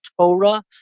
Torah